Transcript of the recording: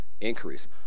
increase